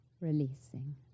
releasing